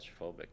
claustrophobic